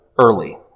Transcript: early